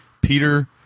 Peter